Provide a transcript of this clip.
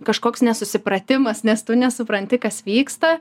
kažkoks nesusipratimas nes tu nesupranti kas vyksta